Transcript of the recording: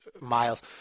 miles